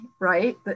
right